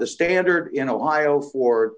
the standard in ohio for